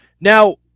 Now